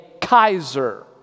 Kaiser